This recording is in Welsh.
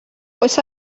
oes